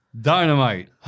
Dynamite